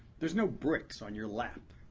there's no bricks on your lap.